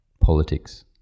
politics